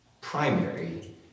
primary